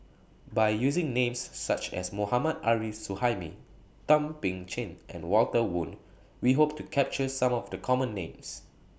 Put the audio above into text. By using Names such as Mohammad Arif Suhaimi Thum Ping Tjin and Walter Woon We Hope to capture Some of The Common Names